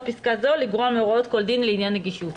פסקה זו לגרוע מהוראות כל דין לעניין נגישות.